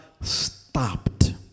stopped